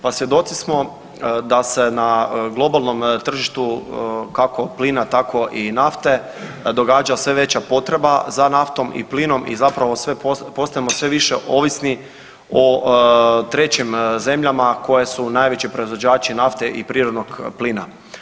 Pa svjedoci smo da se na globalnom tržištu kako plina tako i nafte događa sve veća potreba za naftom i plinom i zapravo postajemo sve više ovisni o trećim zemljama koji su najveći proizvođači nafte i prirodnog plina.